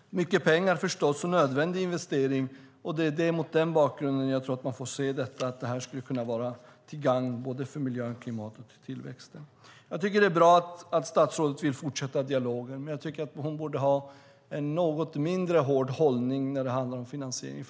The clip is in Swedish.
Det är mycket pengar förstås och en nödvändig investering. Det är mot den bakgrunden man ska se på detta, och jag tror att det här skulle kunna vara till gagn för miljö, klimat och tillväxt. Jag tycker att det är bra statsrådet vill fortsätta dialogen, men jag tycker att hon borde ha en något mindre hård hållning när det handlar om finansiering.